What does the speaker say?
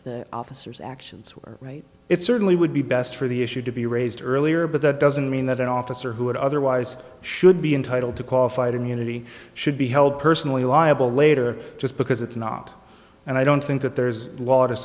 the officers actions were right it certainly would be best for the issue to be raised earlier but that doesn't mean that an officer who would otherwise should be entitled to qualified immunity should be held personally liable later just because it's not and i don't think that there's